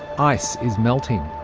ice is melting,